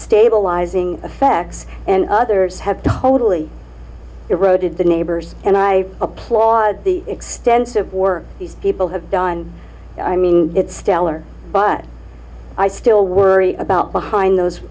stabilizing effects and others have totally eroded the neighbors and i applaud the extensive work these people have done i mean it's stellar but i still worry about behind those